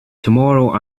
tomorrow